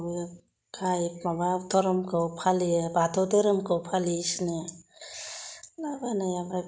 बुङो खाय माबा धोरोमखौ फालियो बाथौ दोहोरोमखौ फालिसिनो माबा नो आमफ्राय